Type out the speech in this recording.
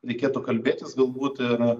reikėtų kalbėtis galbūt ir